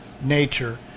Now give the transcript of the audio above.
nature